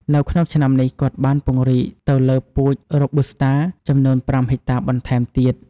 នៅក្នុងឆ្នាំនេះ គាត់បានពង្រីកទៅលើពូជ Robusta ចំនួន៥ហិកតាបន្ថែមទៀត។